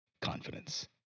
confidence